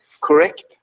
correct